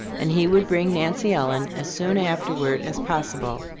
and he would bring nancy ellen as soon afterward as possible.